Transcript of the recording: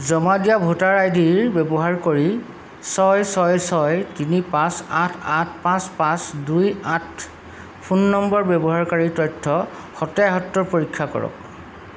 জমা দিয়া voter ID ৰ ব্যৱহাৰ কৰি ছয় ছয় ছয় তিনি পাঁচ আঠ আঠ পাঁচ পাঁচ দুই আঠ ফোন নম্বৰ ব্যৱহাৰকাৰীৰ তথ্যৰ সত্য়াসত্য় পৰীক্ষা কৰক